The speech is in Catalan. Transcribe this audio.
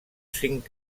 cinc